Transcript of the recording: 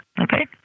okay